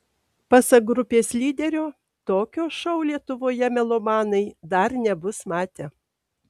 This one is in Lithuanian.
pasak grupės lyderio tokio šou lietuvoje melomanai dar nebus matę